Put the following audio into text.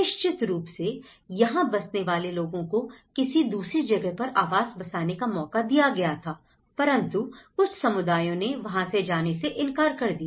निश्चित रूप से यहां बसने वाले लोगों को किसी दूसरी जगह पर आवास बसाने का मौका दिया गया था परंतु कुछ समुदायों ने वहां से जाने से इंकार कर दिया